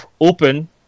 open